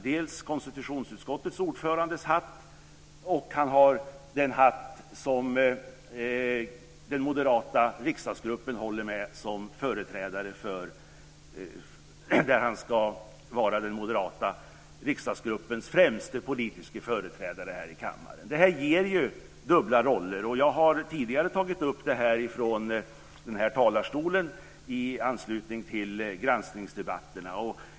Dels har han konstitutionsutskottets ordförandehatt, dels den hatt som den moderata riksdagsgruppen håller honom med eftersom han ska vara den moderata riksdagsgruppens främste politiske företrädare här i kammaren. Det här ger ju dubbla roller. Jag har tidigare tagit upp det här från denna talarstol i anslutning till granskningsdebatterna.